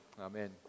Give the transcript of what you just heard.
Amen